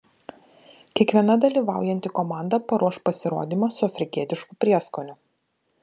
kiekviena dalyvaujanti komanda paruoš pasirodymą su afrikietišku prieskoniu